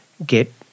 get